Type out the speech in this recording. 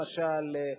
למשל,